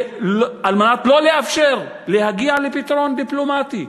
על מנת לא לאפשר להגיע לפתרון דיפלומטי.